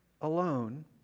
alone